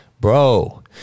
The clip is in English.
Bro